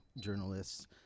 journalists